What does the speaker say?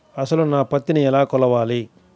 అసలు నా పత్తిని ఎలా కొలవాలి?